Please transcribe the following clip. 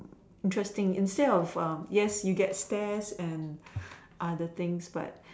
interesting instead of err yes you get stares and other things but